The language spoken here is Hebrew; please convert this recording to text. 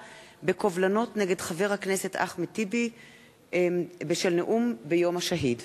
בקובלנות נגד חבר הכנסת אחמד טיבי בשל נאום ביום השהיד.